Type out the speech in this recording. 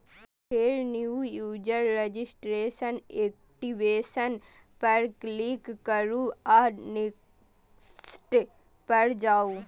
फेर new user registration, activation पर click करू आ नेक्स्ट पर जाउ